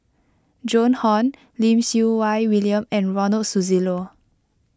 Joan Hon Lim Siew Wai William and Ronald Susilo